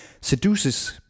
seduces